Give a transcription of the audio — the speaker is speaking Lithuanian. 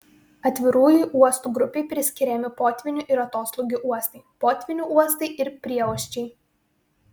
atvirųjų uostų grupei priskiriami potvynių ir atoslūgių uostai potvynių uostai ir prieuosčiai